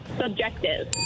Subjective